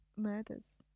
murders